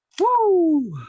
Woo